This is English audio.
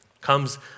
comes